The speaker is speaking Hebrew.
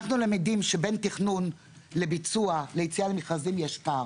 אנחנו למדים שבין תכנון לביצוע ליציאה למכרזים יש פער.